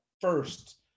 first